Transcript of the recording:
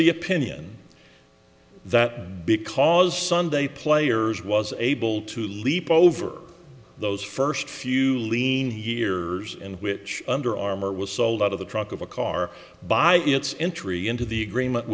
the opinion that because sunday players was able to leap over those first few lean hears in which under armor was sold out of the truck of a car by its entry into the agreement